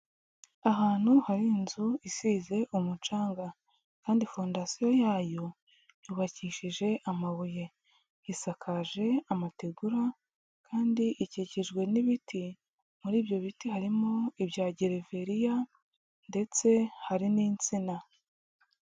Ahantu hari inzu isize umucanga kandi fondasiyo yayo yubakishije amabuye, isakaje amategura kandi ikikijwe n'ibiti, muri ibyo biti harimo ibya gereveriya ndetse hari n'insina.